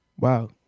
Wow